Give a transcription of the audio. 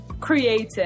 creative